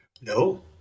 No